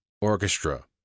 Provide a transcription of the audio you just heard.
orchestra